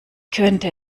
könnte